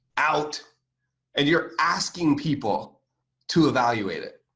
out and you're asking people to evaluate it.